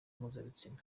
mpuzabitsina